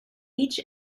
each